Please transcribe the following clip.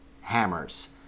hammers